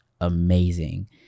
amazing